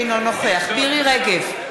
אינו נוכח מירי רגב,